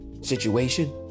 situation